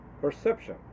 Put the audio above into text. perception